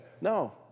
No